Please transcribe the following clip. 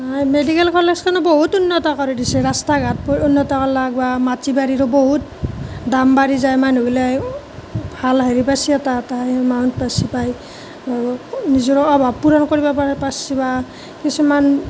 নাই মেডিকেল কলেজখনো বহুত উন্নত কৰি দিছে ৰাস্তা ঘাটবোৰ উন্নত কৰিলাক বা মাটি বাৰীৰো বহুত দাম বাঢ়ি যায় মানুহগিলাই ভাল হেৰি পাইছে এটা এটা এমাউণ্ট পাইছে পাই নিজৰ অভাৱ পূৰণ কৰিব পাৰে পাৰিছে বা কিছুমান